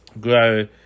grow